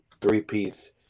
three-piece